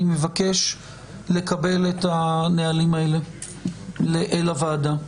אני מבקש לקבל את הנהלים האלה לוועדה,